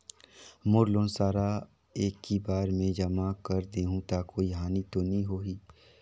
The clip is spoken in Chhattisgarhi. मोर लोन सारा एकी बार मे जमा कर देहु तो कोई हानि तो नी होही?